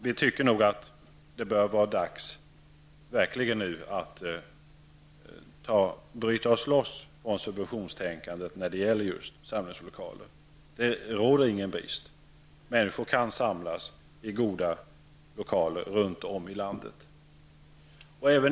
Vi tycker nog att det verkligen är dags att vi bryter oss loss från subventionstänkandet när det gäller samlingslokaler. Det råder ingen brist. Människor kan samlas i goda lokaler runt om i landet.